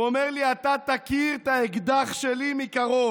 הוא אומר לי: אתה תכיר את האקדח שלי מקרוב,